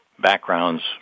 backgrounds